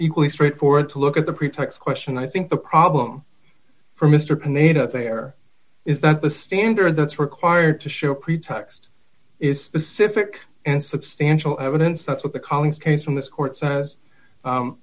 equally straightforward to look at the pretext question i think the problem for mr panetta there is that the standard that's required to show a pretext is specific and substantial evidence that's what the collings case from this court says